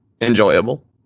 enjoyable